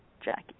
Jackie